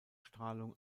strahlung